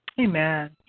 Amen